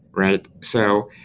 right? so,